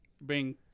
Bring